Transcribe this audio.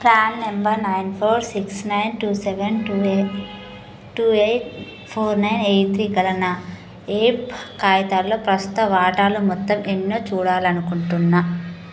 PRAN number nine four six nine two seven two eight four nine eight three గల నా ఏప్ కాగితాల్లో ప్రస్తుత వాటాలు మొత్తం ఎన్నో చూడాలనుకుంటున్నా